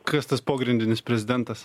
kas tas pogrindinis prezidentas